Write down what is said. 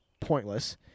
pointless